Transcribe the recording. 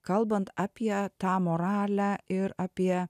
kalbant apie tą moralę ir apie